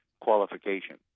qualification